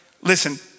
listen